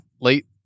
late